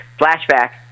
Flashback